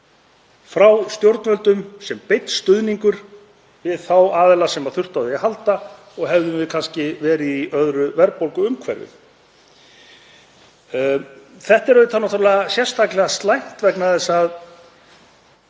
frá stjórnvöldum sem beinn stuðningur við þá aðila sem þurftu á því að halda og hefðum við kannski verið í öðru verðbólguumhverfi? Þetta er náttúrlega sérstaklega slæmt vegna þess að